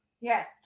Yes